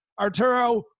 Arturo